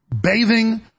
bathing